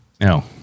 no